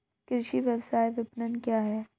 कृषि व्यवसाय विपणन क्या है?